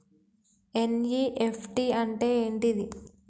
NEFT అంటే ఏంటిది?